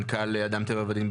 מנכ"ל אדם טבע ודין,